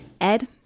Ed